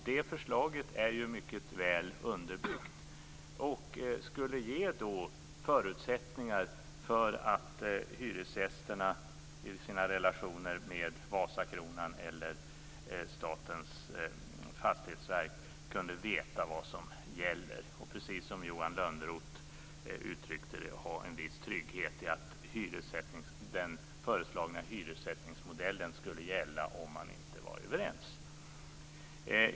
Det förslaget är mycket väl underbyggt och skulle ge förutsättningar för att hyresgästerna i sina relationer med Vasakronan eller Statens fastighetsverk skulle veta vad som gäller, att de, precis som Johan Lönnroth uttryckte det, skulle ha en viss trygghet i att den föreslagna hyressättningsmodellen skulle gälla om man inte var överens.